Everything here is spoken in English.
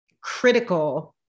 critical